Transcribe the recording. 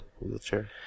wheelchair